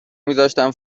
میذاشتم